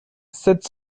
sept